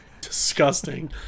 Disgusting